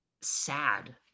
sad